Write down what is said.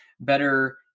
better